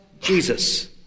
Jesus